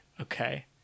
okay